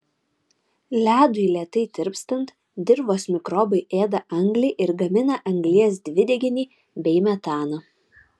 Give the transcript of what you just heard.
ledui lėtai tirpstant dirvos mikrobai ėda anglį ir gamina anglies dvideginį bei metaną